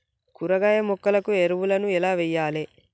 కూరగాయ మొక్కలకు ఎరువులను ఎలా వెయ్యాలే?